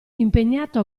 impegnato